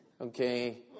Okay